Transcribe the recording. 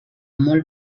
molt